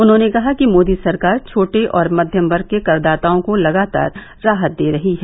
उन्होंने कहा कि मोदी सरकार छोटे और मध्यम वर्ग के करदाताओं को लगातार राहत दे रही है